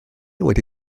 wedi